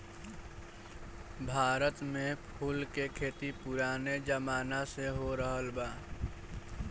भारत में फूल के खेती पुराने जमाना से होरहल बा